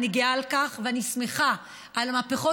אני גאה על כך ואני שמחה על מהפכות